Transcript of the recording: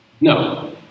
No